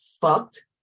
fucked